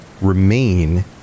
remain